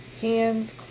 hands